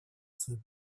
свою